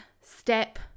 step